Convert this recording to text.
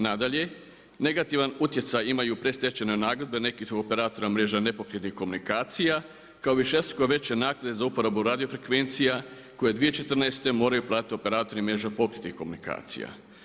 Nadalje, negativan utjecaj imaju predstečajne nagodbe nekih operatora mreža nepokretnih komunikacija kao višestruko veće naknade za uporabu radiofrekvencija koje 2014. moraju platili operatori mreža pokretnih komunikacija.